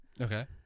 Okay